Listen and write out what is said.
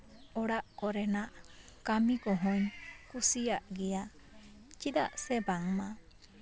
ᱚᱲᱟᱜ ᱠᱚᱨᱮᱱᱟᱜ ᱠᱟᱹᱢᱤ ᱠᱚᱦᱚᱧ ᱠᱩᱥᱤᱭᱟᱜ ᱜᱮᱭᱟ ᱪᱮᱫᱟᱜ ᱥᱮ ᱵᱟᱝᱢᱟ